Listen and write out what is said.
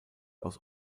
aus